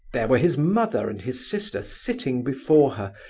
there were his mother and his sister sitting before her,